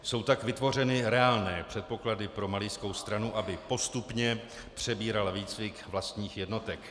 Jsou tak vytvořeny reálné předpoklady pro malijskou stranu, aby postupně přebírala výcvik vlastních jednotek.